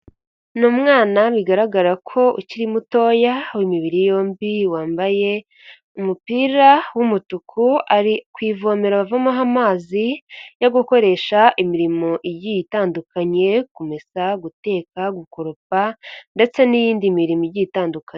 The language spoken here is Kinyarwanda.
Ni umwana bigaragara ko ukiri mutoya w'imibiri yombi wambaye umupira w'umutuku, ari ku ivomera avomoho amazi yo gukoresha imirimo igiye itandukanye kumesa, guteka, gukoropa ndetse n'iyindi mirimo igiye itandukanye.